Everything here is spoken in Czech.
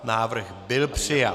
Návrh byl přijat.